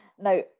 Now